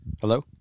Hello